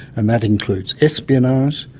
and that includes espionage,